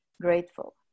grateful